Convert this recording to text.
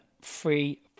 free